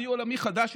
שיא עולמי חדש,